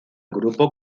grupo